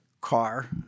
car